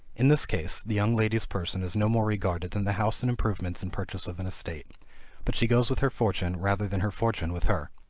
in this case the young lady's person is no more regarded than the house and improvements in purchase of an estate but she goes with her fortune, rather than her fortune with her.